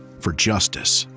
for justice,